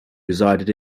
resided